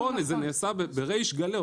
כאן זה נעשה בריש גלה.